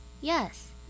Yes